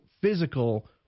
physical